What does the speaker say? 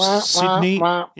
Sydney